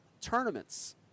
tournaments